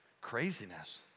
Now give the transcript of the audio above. craziness